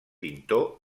pintor